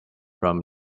from